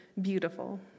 beautiful